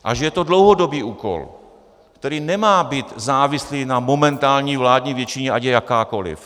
A že to je dlouhodobý úkol, který nemá být závislý na momentální vládní většině, ať je jakákoli.